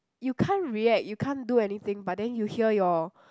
you can't react you can't do anything but then you hear your